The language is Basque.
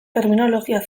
terminologia